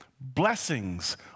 blessings